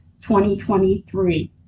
2023